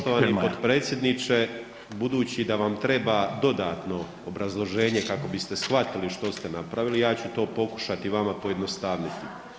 Poštovani potpredsjedniče, budući da vam treba dodatno obrazloženje kako biste shvatili što ste napravili, ja ću to pokušati vama pojednostaviti.